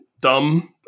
dumb